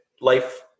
life